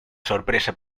sorpresa